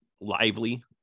lively